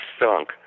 sunk